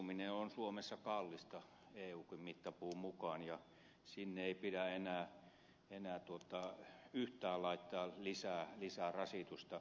asuminen on suomessa kallista eunkin mittapuun mukaan ja sille ei pidä enää yhtään laittaa lisää rasitusta